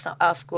ask